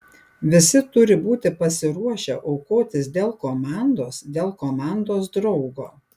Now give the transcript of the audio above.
visi turi būti pasiruošę aukotis dėl komandos dėl komandos draugo